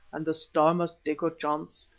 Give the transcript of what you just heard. and the star must take her chance.